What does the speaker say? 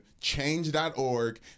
change.org